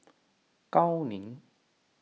Gao Ning